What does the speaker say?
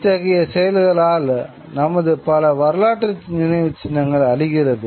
இத்தகைய செயல்களால் நமது பல வரலாற்று நினைவுச்சின்னங்கள் அழிகிறது